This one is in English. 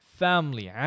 family